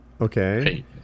Okay